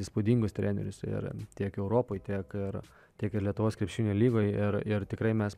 įspūdingus trenerius ir tiek europoj tiek ir taip ir lietuvos krepšinio lygoj ir ir tikrai mes